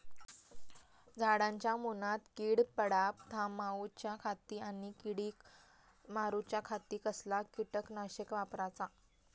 झाडांच्या मूनात कीड पडाप थामाउच्या खाती आणि किडीक मारूच्याखाती कसला किटकनाशक वापराचा?